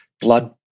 blood